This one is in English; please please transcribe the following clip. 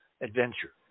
adventure